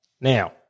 Now